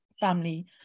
family